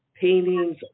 paintings